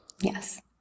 Yes